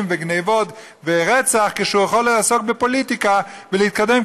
וגנבות ורצח כשהוא יכול לעסוק בפוליטיקה ולהתקדם,